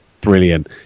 brilliant